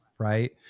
Right